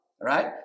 Right